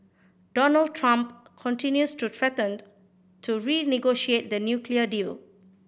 Donald Trump continues to threatened to renegotiate the nuclear deal